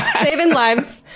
saving lives!